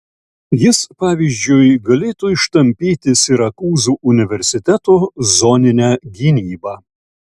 jis pavyzdžiui galėtų ištampyti sirakūzų universiteto zoninę gynybą